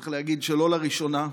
צריך להגיד שלא לראשונה.